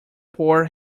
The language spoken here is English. poor